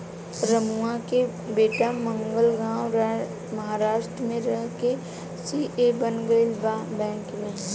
रमुआ के बेटा जलगांव महाराष्ट्र में रह के सी.ए बन गईल बा बैंक में